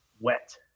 wet